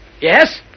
Yes